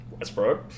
Westbrook